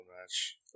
match